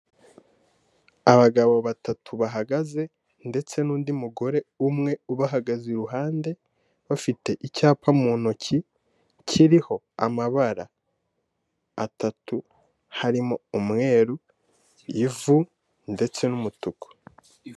Abagabo batatu bahagaze ndetse n'undi mugore umwe ubahagaze iruhande, bafite icyapa mu ntoki kiriho amabara atatu harimo umweru, ivu, ndetse n'umutuku.